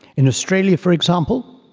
in australia, for example,